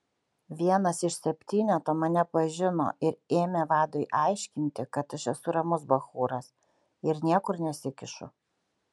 vienas iš septyneto mane pažino ir ėmė vadui aiškinti kad aš esu ramus bachūras ir niekur nesikišu